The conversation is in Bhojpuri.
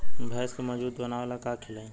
भैंस के मजबूत बनावे ला का खिलाई?